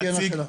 שנייה.